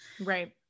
Right